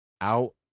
out